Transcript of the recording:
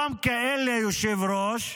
גם כאלה, היושב-ראש,